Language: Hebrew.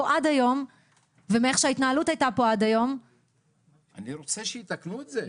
עד היום ומאיך שההתנהלות הייתה פה עד היום -- אני רוצה שיתקנו את זה,